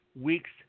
weeks